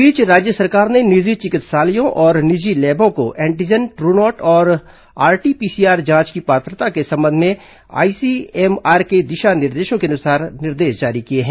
इस बीच राज्य सरकार ने निजी चिकित्सालयों और निजी लैबों को एंटीजन ट्रू नॉट और आरटी पीसीआर जांच की पात्रता के संबंध में आईसीएमआर के दिशा निर्देशों के अनुसार निर्देश जारी किए हैं